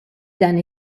dan